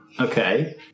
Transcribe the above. Okay